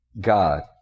God